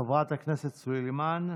חברת הכנסת סלימאן,